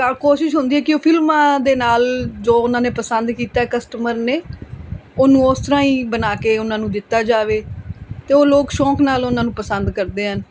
ਤਾਂ ਕੋਸ਼ਿਸ਼ ਹੁੰਦੀ ਹੈ ਕਿ ਉਹ ਫਿਲਮਾਂ ਦੇ ਨਾਲ ਜੋ ਉਹਨਾਂ ਨੇ ਪਸੰਦ ਕੀਤਾ ਕਸਟਮਰ ਨੇ ਉਹਨੂੰ ਉਸ ਤਰ੍ਹਾਂ ਹੀ ਬਣਾ ਕੇ ਉਹਨਾਂ ਨੂੰ ਦਿੱਤਾ ਜਾਵੇ ਅਤੇ ਉਹ ਲੋਕ ਸ਼ੌਂਕ ਨਾਲ ਉਹਨਾਂ ਨੂੰ ਪਸੰਦ ਕਰਦੇ ਹਨ